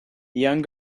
young